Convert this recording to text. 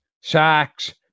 sacks